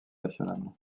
nationale